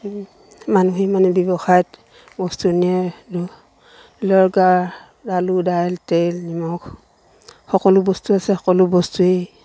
মানুহেই মানুহ ব্যৱসায়ত বস্তু নিয়ে আলু দাইল তেল নিমখ সকলো বস্তু আছে সকলো বস্তুৱেই